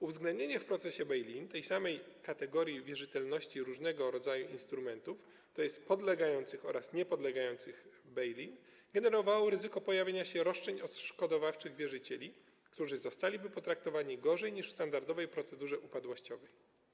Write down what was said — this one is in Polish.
Uwzględnienie w procesie bail-in tej samej kategorii wierzytelności różnego rodzaju instrumentów, tj. podlegających oraz niepodlegających bail-in, generowało ryzyko pojawiania się roszczeń odszkodowawczych wierzycieli, którzy zostaliby potraktowani gorzej niż w standardowej procedurze upadłościowej.